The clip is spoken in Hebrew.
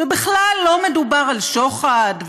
ובכלל לא מדובר בשוחד,